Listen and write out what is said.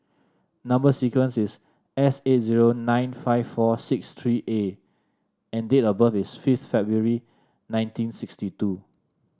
number sequence is S eight zero nine five four six three A and date of birth is fifth February nineteen sixty two